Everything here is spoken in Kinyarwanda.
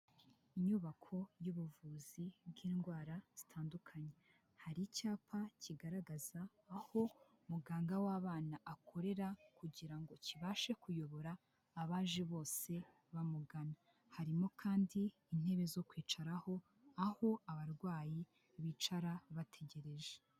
Inyubako y'ubuvuzi bw'indwara zitandukanye, hari icyapa kigaragaza aho muganga w'abana akorera kugira ngo kibashe kuyobora abaje bose bamugana, harimo kandi intebe zo kwicaraho aho abarwayi bicara bategereje.